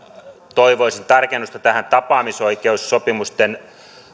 toivoisin tarkennusta tähän tapaamisoikeussopimusten